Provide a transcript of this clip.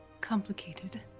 complicated